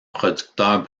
producteurs